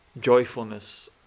joyfulness